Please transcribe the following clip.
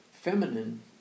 feminine